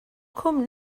cwm